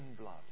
blood